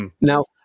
Now